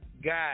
God